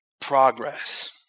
progress